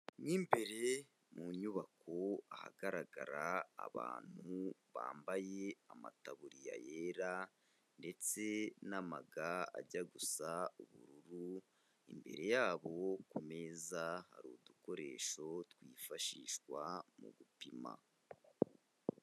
Mo imbere mu nyubako ahagaragara abantu bambaye amataburiya yera ndetse n'amaga ajya gusa ubururu, imbere yabo ku meza hari udukoresho twifashishwa mu gupima.